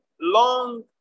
long